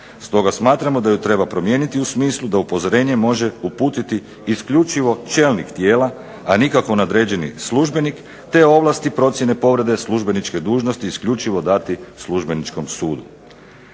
Stoga smatramo da je treba promijeniti u smislu da upozorenje može uputiti isključivo čelnik tijela, a nikako nadređeni službenik, te ovlasti procjene povrede službeničke dužnosti isključivo dati Službeničkom sudu.